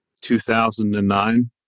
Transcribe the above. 2009